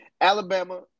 Alabama